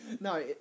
No